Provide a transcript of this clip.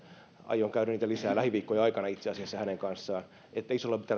aion käydä niitä lisää lähiviikkojen aikana itse asiassa hänen kanssaan että isolla